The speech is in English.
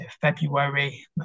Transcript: February